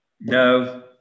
No